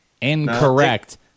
Incorrect